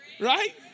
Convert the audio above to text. right